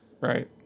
Right